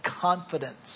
confidence